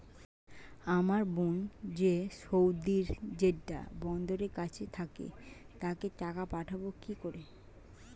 আমার বোন যে সৌদির জেড্ডা বন্দরের কাছে থাকে তাকে টাকা পাঠাবো কি করে?